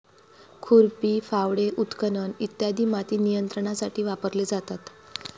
खुरपी, फावडे, उत्खनन इ माती नियंत्रणासाठी वापरले जातात